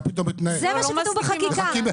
זה מה שכתוב בחקיקה.